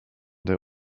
der